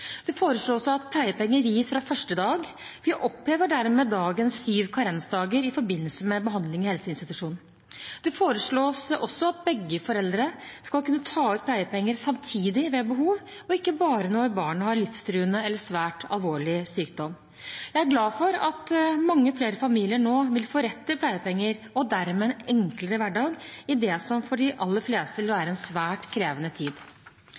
Det foreslås at pleiepenger gis fra første dag. Vi opphever dermed dagens sju karensdager i forbindelse med behandling i helseinstitusjon. Det foreslås også at begge foreldre skal kunne ta ut pleiepenger samtidig ved behov og ikke bare når barnet har livstruende eller svært alvorlig sykdom. Jeg er glad for at mange flere familier nå vil få rett til pleiepenger og dermed en enklere hverdag i det som for de aller fleste vil være en svært krevende tid.